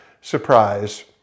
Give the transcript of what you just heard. surprise